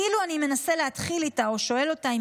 כאילו אני מנסה להתחיל איתה או שואל אותה אם